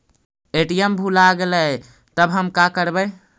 ATM भुला गेलय तब हम काकरवय?